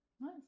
Nice